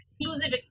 exclusive